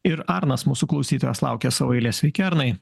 ir arnas mūsų klausytojas laukia savo eilės sveiki arnai